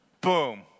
Boom